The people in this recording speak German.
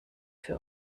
für